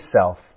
self